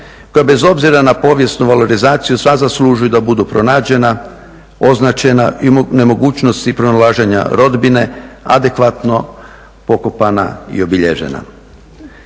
koja bez obzira na povijesnu valorizaciju sva zaslužuju da budu pronađena, označena i u nemogućnosti pronalaženja rodbine adekvatno pokopana i obilježena.